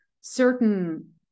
certain